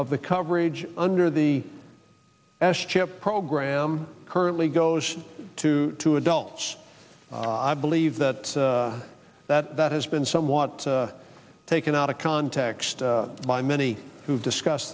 of the coverage under the ash chip program currently goes to two adults i believe that that that has been somewhat taken out of context by many who discuss